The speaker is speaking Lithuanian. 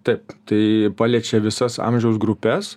taip tai paliečia visas amžiaus grupes